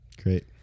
Great